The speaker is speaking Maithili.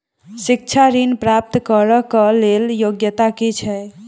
शिक्षा ऋण प्राप्त करऽ कऽ लेल योग्यता की छई?